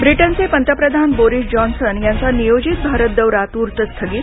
ब्रिटनचे पंतप्रधान Boris Johnson यांचा नियोजित भारत दौरा तूर्त स्थगित